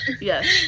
Yes